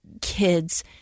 kids